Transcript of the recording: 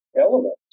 element